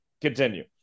Continue